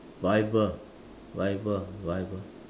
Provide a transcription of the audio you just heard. bible bible bible